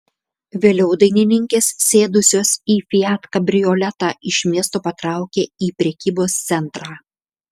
vėliau dainininkės sėdusios į fiat kabrioletą iš miesto patraukė į prekybos centrą